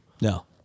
No